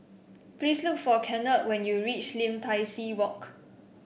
please look for Kennard when you reach Lim Tai See Walk